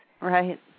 Right